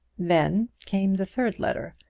then came the third letter,